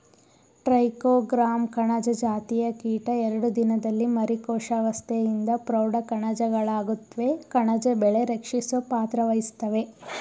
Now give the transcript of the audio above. trichogramma ಕಣಜ ಜಾತಿಯ ಕೀಟ ಎರಡು ದಿನದಲ್ಲಿ ಮರಿ ಕೋಶಾವಸ್ತೆಯಿಂದ ಪ್ರೌಢ ಕಣಜಗಳಾಗುತ್ವೆ ಕಣಜ ಬೆಳೆ ರಕ್ಷಿಸೊ ಪಾತ್ರವಹಿಸ್ತವೇ